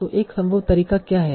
तो एक संभव तरीका क्या है